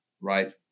right